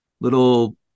little